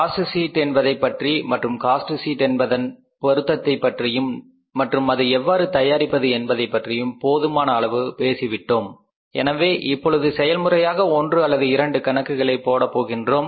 cost sheet என்பதைப்பற்றி மற்றும் cost sheet என்பதன் பொருத்தத்தைப் பற்றியும் மற்றும் அது எவ்வாறு தயாரிக்கப்படுகிறது என்பதை பற்றியும் போதுமான அளவு பேசிவிட்டேன் எனவே இப்பொழுது செய்முறையாக ஒன்று அல்லது இரண்டு கணக்குகளைப் போடப் போகிறோம்